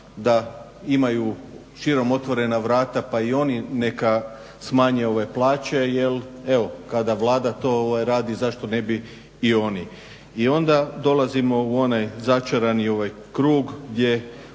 da imaju širom otvorena vrata pa i oni neka smanje plaće jer evo kada Vlada to radi zašto ne bi i oni. I onda dolazimo u onaj začarani krug gdje